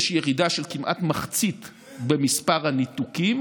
יש ירידה של כמעט מחצית במספר הניתוקים,